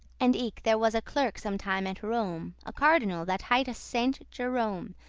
and eke there was a clerk sometime at rome, a cardinal, that highte saint jerome,